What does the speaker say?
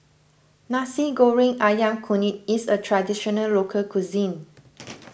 Nasi Goreng Ayam Kunyit is a Traditional Local Cuisine